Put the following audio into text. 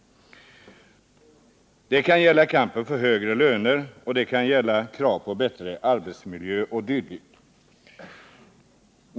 Det kan gälla kamp för högre löner, det kan gälla krav på bättre arbetsmiljöer o. d.